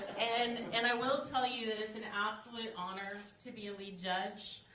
and and i will tell you that it's an absolute honor to be a lead judge.